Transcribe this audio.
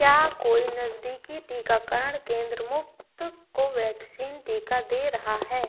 क्या कोई नज़दीकी टीकाकरण केंद्र मुफ़्त कोवैक्सीन टीका दे रहा है